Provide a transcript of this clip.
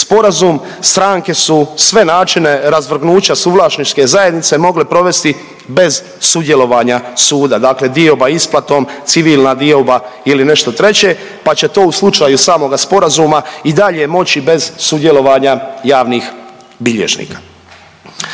sporazum stranke su sve načine razvrgnuća suvlasničke zajednice mogle provesti bez sudjelovanja suda. Dakle, dioba isplatom, civilna dioba ili nešto treće pa će to u slučaju samoga sporazuma i dalje moći bez sudjelovanja javnih bilježnika.